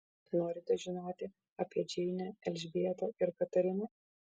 norite žinoti apie džeinę elžbietą ir katariną